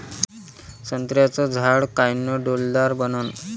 संत्र्याचं झाड कायनं डौलदार बनन?